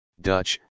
Dutch